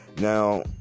Now